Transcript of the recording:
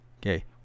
okay